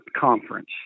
conference